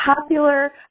popular